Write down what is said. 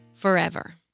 Forever